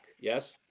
yes